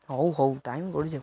ହଉ ହଉ ଟାଇମ୍ ଗଡ଼ିଯାଉ